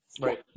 Right